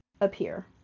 appear